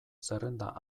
zerrenda